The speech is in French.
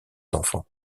enfants